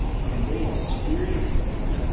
when they experienced this,